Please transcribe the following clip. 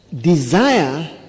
desire